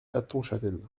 hattonchâtel